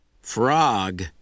Frog